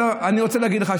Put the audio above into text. אני רוצה להגיד לך.